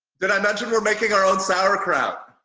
did i mention we're making our own sauerkraut?